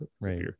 right